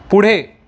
पुढे